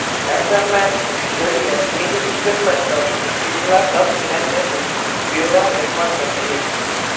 SMS जरिए mini स्टेटमेंटत पिछला दस लेन देनेर ब्यौरा दखवा सखछी